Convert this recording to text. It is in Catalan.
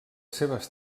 seves